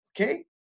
Okay